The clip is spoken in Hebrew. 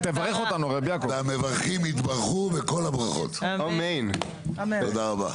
והמברכים יתברכו בכל הברכות, תודה רבה.